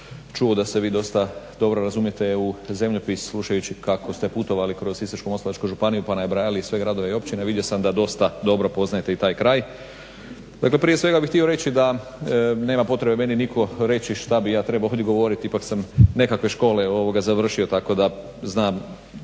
čuo da se vi dosta dobro razumijete u zemljopis slušajući kako ste putovali kroz Sisačko-moslavačku županiju pa nabrajali sve gradove i općine, vidio sam da dosta dobro poznajete i taj kraj. Dakle prije svega bih htio reći da nema potrebe meni nitko reći šta bi ja trebao odgovoriti, ipak sam nekakve škole završio tako da znam